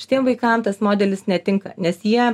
šitiem vaikam tas modelis netinka nes jie